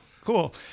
Cool